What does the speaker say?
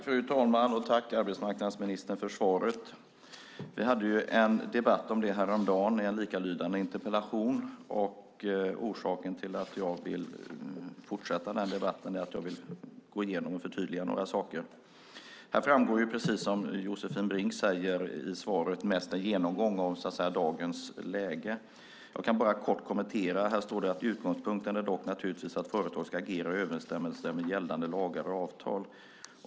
Fru talman! Tack, arbetsmarknadsministern, för svaret! Vi hade en debatt om detta, en likalydande interpellation, häromdagen. Orsaken till att jag vill fortsätta den debatten är att jag vill gå igenom och förtydliga några saker. Precis som Josefin Brink säger är svaret mest en genomgång av dagens läge. Jag kan bara kort kommentera följande: "Utgångspunkten är dock naturligtvis att företag ska agera i överensstämmelse med gällande lagar och avtal."